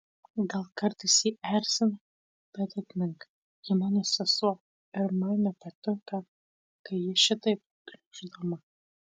gal kartais ji erzina bet atmink ji mano sesuo ir man nepatinka kai ji šitaip gniuždoma